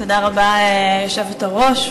תודה רבה, היושבת-ראש.